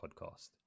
podcast